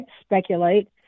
speculate